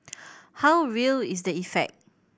how real is the effect